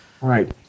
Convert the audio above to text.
Right